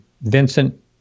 Vincent